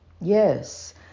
Yes